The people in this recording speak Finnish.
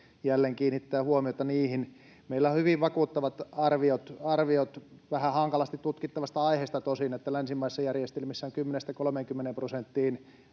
jälleen kiinnittää huomiota niihin. Meillä on hyvin vakuuttavat arviot, vähän hankalasti tutkittavasta aiheesta tosin, että länsimaisissa järjestelmissä 10—30 prosenttia